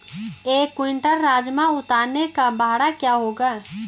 एक क्विंटल राजमा उतारने का भाड़ा क्या होगा?